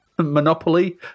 Monopoly